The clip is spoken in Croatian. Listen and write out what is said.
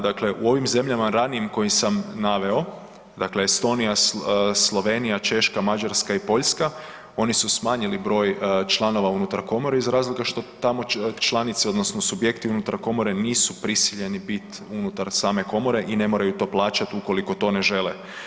Dakle u ovim zemljama ranijim kojim sam naveo, dakle Estonija, Slovenija, Češka, Mađarska i Poljska, oni su smanjili broj članova unutar komore iz razloga što tamo članice, odnosno subjekti unutar komore nisu prisiljeni biti unutar same komore i ne moraju to plaćati ukoliko to ne žele.